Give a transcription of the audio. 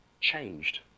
changed